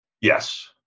Yes